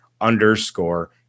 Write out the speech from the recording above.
underscore